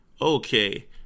okay